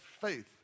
faith